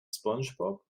spongebob